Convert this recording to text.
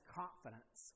confidence